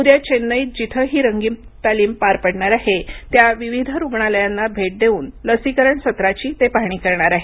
उद्या चेन्नईत जिथं ही रंगीत तालीम पार पडणार आहे त्या विविध रुग्णालयांना भेट देऊन लसीकरण सत्राची ते पाहणी करणार आहेत